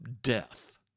death